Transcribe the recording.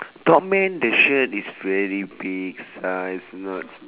topman the shirt is very big size not